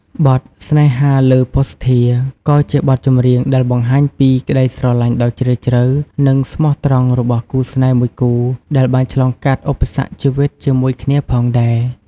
បទ ស្នេហ៍លើពសុធា ក៏ជាបទចម្រៀងដែលបង្ហាញពីក្តីស្រឡាញ់ដ៏ជ្រាលជ្រៅ និងស្មោះត្រង់របស់គូស្នេហ៍មួយគូដែលបានឆ្លងកាត់ឧបសគ្គជីវិតជាមួយគ្នាផងដែរ។